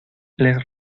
les